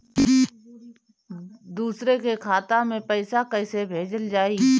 दूसरे के खाता में पइसा केइसे भेजल जाइ?